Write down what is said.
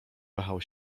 wahał